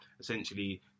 essentially